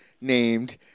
named